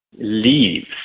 leaves